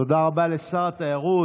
תודה רבה לשר התיירות.